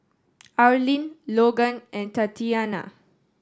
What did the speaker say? Arlene Logan and Tatiana